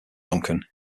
duncan